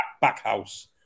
Backhouse